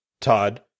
Todd